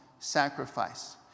sacrifice